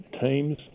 teams